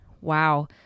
wow